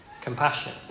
compassion